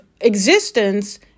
existence